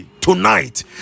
tonight